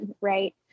right